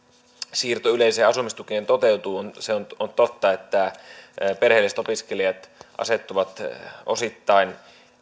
siirto yleiseen asumistukeen toteutuu se on totta että perheelliset opiskelijat asettuvat osittain